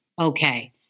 Okay